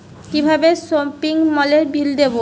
কিভাবে সপিং মলের বিল দেবো?